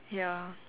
ya